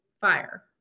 fire